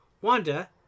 wanda